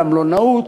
למלונאות,